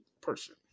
person